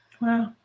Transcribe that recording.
wow